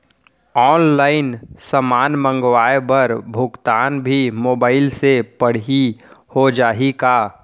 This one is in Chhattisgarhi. ऑनलाइन समान मंगवाय बर भुगतान भी मोबाइल से पड़ही हो जाही का?